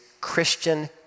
Christian